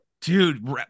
dude